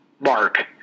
Mark